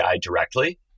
directly